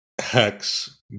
hex